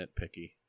nitpicky